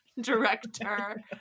director